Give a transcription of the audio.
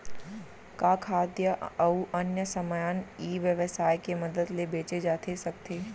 का खाद्य अऊ अन्य समान ई व्यवसाय के मदद ले बेचे जाथे सकथे?